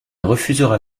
refusera